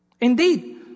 Indeed